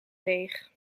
leeg